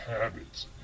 habits